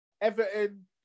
Everton